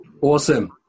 Awesome